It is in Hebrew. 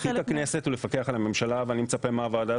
תפקיד הכנסת הוא לפקח על הממשלה ואני מצפה מהוועדה